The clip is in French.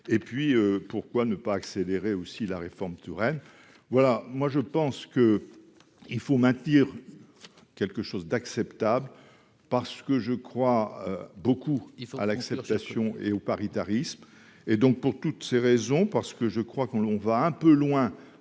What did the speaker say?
et puis pourquoi ne pas accélérer aussi la réforme Touraine voilà, moi je pense que il faut maintenir quelque chose d'acceptable, parce que je crois beaucoup, il fera l'acceptation et au paritarisme et donc pour toutes ces raisons, parce que je crois qu'on on va un peu loin